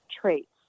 traits